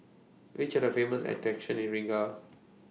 Which Are The Famous attractions in Riga